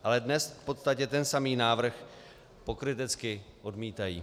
Ale dnes v podstatě ten samý návrh pokrytecky odmítají.